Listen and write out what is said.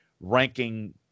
ranking